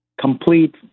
complete